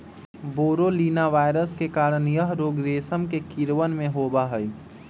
बोरोलीना virus के कारण यह रोग रेशम के कीड़वन में होबा हई